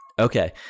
Okay